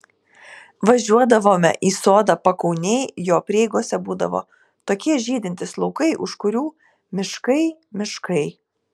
važiuodavome į sodą pakaunėj jo prieigose būdavo tokie žydintys laukai už kurių miškai miškai